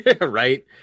Right